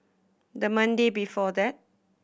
the Monday before that